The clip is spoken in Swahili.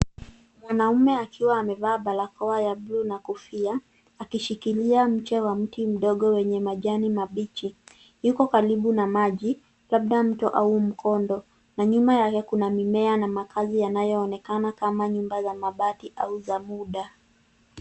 Mwanaume akiwa amevaa barakoa ya bluu na kofia akishikilia mche wa mti mdogo wenye majani mabichi. Yuko karibu na maji labda mto au mkondo na nyuma yake kuna mimea na makazi yanayoonekana kama nyumba za mabati au za muda.